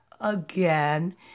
again